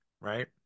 right